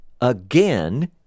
again